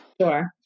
Sure